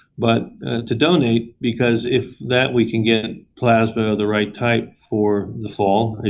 but to donate, because if that we can get plasma of the right type for the fall,